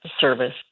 service